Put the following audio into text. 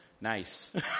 Nice